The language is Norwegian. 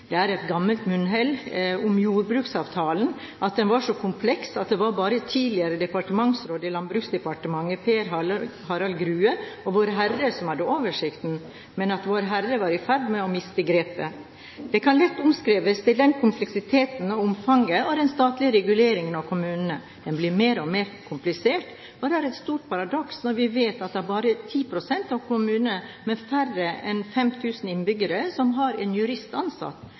Det er et gammelt munnhell som sier at jordbruksavtalen var så kompleks at det bare var tidligere departementsråd i Landbruksdepartementet, Per Harald Grue, og Vår Herre som hadde oversikten, men at Vår Herre var i ferd med å miste grepet. Det kan lett omskrives til kompleksiteten og omfanget av den statlige reguleringen av kommunene. Den blir mer og mer komplisert, og det er et stort paradoks når vi vet at det bare er 10 pst. av kommunene med færre enn 5 000 innbyggere som har en jurist ansatt.